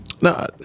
No